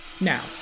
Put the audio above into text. now